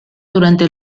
durante